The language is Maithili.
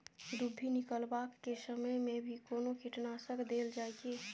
दुभी निकलबाक के समय मे भी कोनो कीटनाशक देल जाय की?